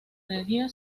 energía